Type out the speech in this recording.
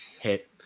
hit